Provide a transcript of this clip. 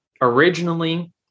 originally